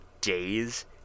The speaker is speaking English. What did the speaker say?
days